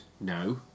no